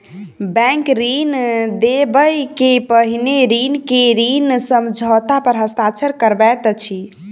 bank ऋण देबअ के पहिने ऋणी के ऋण समझौता पर हस्ताक्षर करबैत अछि